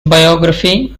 biography